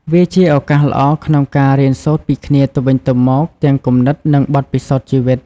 វាជាឱកាសល្អក្នុងការ រៀនសូត្រពីគ្នាទៅវិញទៅមក ទាំងគំនិត និងបទពិសោធន៍ជីវិត។